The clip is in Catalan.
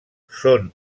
són